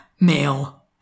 male